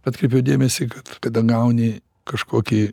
atkreipiau dėmesį kad tada gauni kažkokį